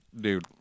Dude